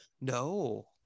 No